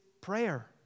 prayer